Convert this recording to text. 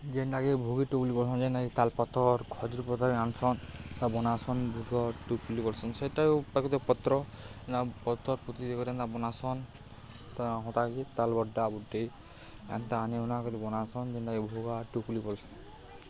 ଯେନ୍ଟାକି ଭୋଗୀ ଟୁପୁଲି ବଲ୍ସନ୍ ଯେନ୍ଟାକି ତାଲ୍ ପତର୍ ଖଜୁର୍ ପତର୍ ଆନ୍ସନ୍ ବନାସନ୍ ଭୋଗ ଟୁପୁଲି କର୍ସନ୍ ସେଇଟା ପତ୍ର ନା ପତର୍ ପୁତ୍ରି ଦେଇକରି ଏନ୍ତା ବନାସନ୍ ହତାକେ ତାଲ୍ ବର୍ଡ଼ା ବୁର୍ଡ଼ି ଏନ୍ତା ଆନିଉନା କରି ବନାସନ୍ ଯେନ୍ଟାକି ଭୁଗା ଟୁପ୍ଲି ବଲ୍ସନ୍